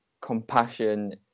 compassion